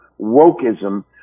wokeism